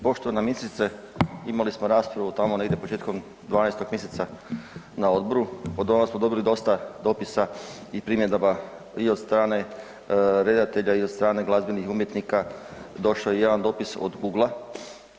Poštovana ministrice, imali smo raspravu tamo negdje početkom 12. mjeseca na odboru, odonda smo dobili dosta dopisa i primjedaba i od strane redatelja i od strane glazbenih umjetnika, došao je i jedan dopis od Google-a.